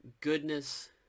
Goodness